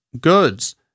Goods